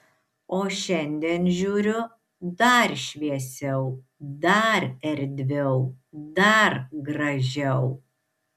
o šiandien žiūriu dar šviesiau dar erdviau dar gražiau